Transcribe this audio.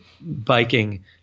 biking